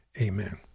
amen